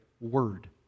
word